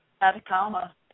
atacama